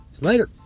Later